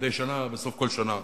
מדי שנה בסוף כל שנה